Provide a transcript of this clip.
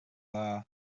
dda